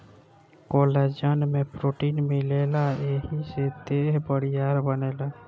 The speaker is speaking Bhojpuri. कोलाजन में प्रोटीन मिलेला एही से देह बरियार बनेला